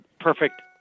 perfect